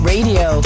Radio